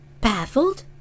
Baffled